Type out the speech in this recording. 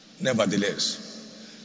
Nevertheless